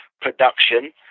production